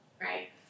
right